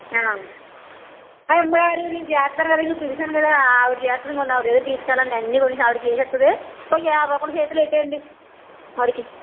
అమ్మగారు నేను చేస్తాను కదా పిలిచాను కదా ఆవిడ చేస్తుంది నన్ను ఆవిడ దగ్గరకి తీసుకు వెళ్ళండి అన్ని కొనేసి ఆవిడకి వేస్తుంది ఒక యాభై రూపాయలు చేతిలో పెట్టేయండి ఆవిడకి